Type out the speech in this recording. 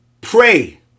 pray